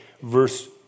Verse